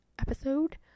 episode